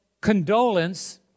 condolence